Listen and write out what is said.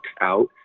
out